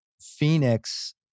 Phoenix